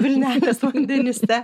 vilnelės vandenyse